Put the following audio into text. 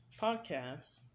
podcast